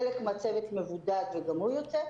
חלק מהצוות מבודד וגם הוא יוצא,